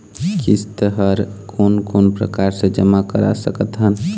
किस्त हर कोन कोन प्रकार से जमा करा सकत हन?